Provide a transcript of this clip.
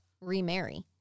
remarry